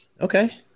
Okay